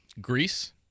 Greece